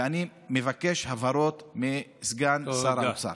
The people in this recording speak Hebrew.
ואני מבקש הבהרות מסגן שר האוצר.